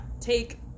Take